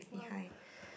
!wow!